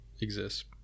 exists